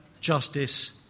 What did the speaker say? justice